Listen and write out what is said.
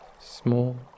small